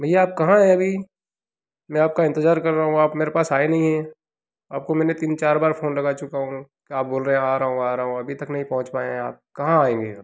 भैया आप कहाँ हैं अभी मैं आपका इंतजार कर रहा हूँ आप मेरे पास आए नहीं है आपको मैंने तीन चार बार फ़ोन लगा चुका हूँ आप बोल रहे आ रहा हूँ आ रहा हूँ अभी तक नहीं पहुच पाए हैं आप कहाँ आएँगे अब